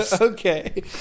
Okay